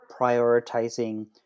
prioritizing